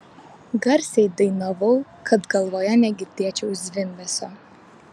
garsiai dainavau kad galvoje negirdėčiau zvimbesio